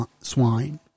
swine